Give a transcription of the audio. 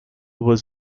was